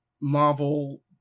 Marvel